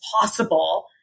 possible